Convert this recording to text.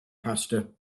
pasta